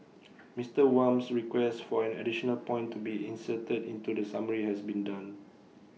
Mister Wham's request for an additional point to be inserted into the summary has been done